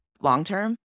long-term